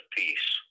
peace